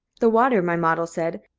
the water, my model said,